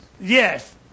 Yes